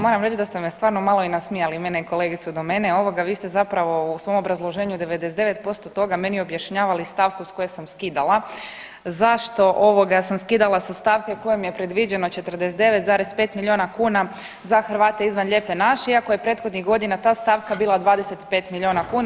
Moram reći da ste me stvarno malo i nasmijali, mene i kolegicu do mene ovoga vi ste zapravo u svom obrazloženju 99% toga meni objašnjavali stavku s koje sam skidala zašto ovoga sam skidala sa stavke kojom je predviđena 49,5 miliona kuna za Hrvate izvan lijepe naše iako je prethodnih godina ta stavka bila 25 miliona kuna.